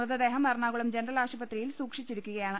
മൃതദേഹം എറണാകുളം ജനറൽ ആശുപത്രിയിൽ സൂക്ഷിച്ചിരിക്കു കയാണ്